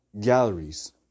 galleries